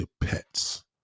pets